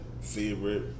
favorite